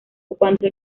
ocupando